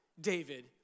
David